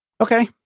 Okay